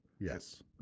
Yes